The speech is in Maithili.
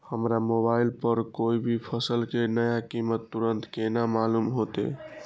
हमरा मोबाइल पर कोई भी फसल के नया कीमत तुरंत केना मालूम होते?